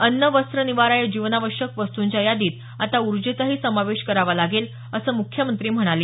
अन्न वस्त्र निवारा या जीवनावश्यक वस्तूंच्या यादीत आता उर्जेचाही समावेश करावा लागेल असं मुख्यमंत्री यावेळी म्हणाले